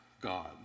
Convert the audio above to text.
God